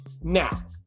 now